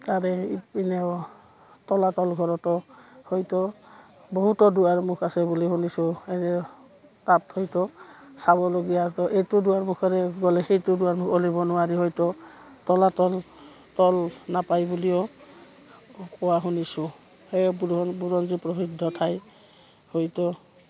তাৰে ইপিনেও তলাতল ঘৰতো হয়তো বহুতো দুৱাৰমুুখ আছে বুলি শুনিছোঁ এনে তাত হয়তো চাবলগীয়া ত' এইটো দুৱাৰমুুখৰে গ'লে সেইটো দুৱাৰমুুখ ওলিব নোৱাৰি হয়তো তলাতল তল নাপায় বুলিও কোৱা শুনিছোঁ সেই বুৰঞ্জী প্ৰসিদ্ধ ঠাই হয়তো